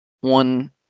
one